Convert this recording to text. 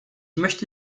möchte